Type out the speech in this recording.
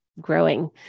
growing